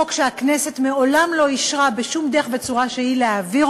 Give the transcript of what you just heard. חוק שהכנסת מעולם לא אישרה בשום דרך וצורה שהיא להעביר,